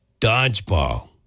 dodgeball